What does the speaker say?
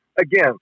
again